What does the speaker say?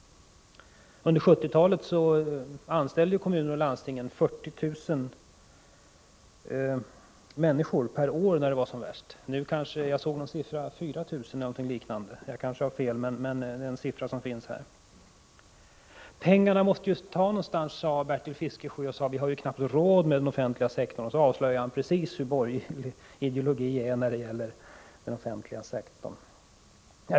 Under 1970-talet anställde kommuner och landsting 40 000 människor per år när det var som värst. Jag tror att det nu är 4 000, eller något liknande, per år. Jag kanske har fel, men det är en siffra som jag har sett. Pengarna måste tas någonstans, sade Bertil Fiskesjö. Han fortsatte sedan: Vi har knappt råd med den offentliga sektorn. Han avslöjade därigenom den borgerliga ideologin när det gäller den offentliga sektorn.